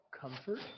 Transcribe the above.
comfort